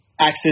access